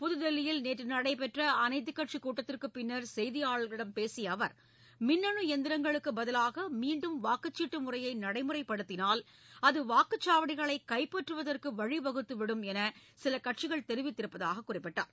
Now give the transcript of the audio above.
புதுதில்லியில் நேற்று நடைபெற்ற அனைத்துக் கட்சிக் கூட்டத்திற்குப் பின்னர் செய்தியாளர்களிடம் பேசிய அவர் மின்னு எந்திரங்களுக்கு பதிலாக மீண்டும் வாக்குச்சீட்டு முறையை நடைமுறைப்படுத்தினால் அது வாக்குச்சாவடிகளை கைப்பற்றுவதற்கு வழி வகுத்து விடும் என்று சில கட்சிகள் தெரிவித்திருப்பதாக குறிப்பிட்டார்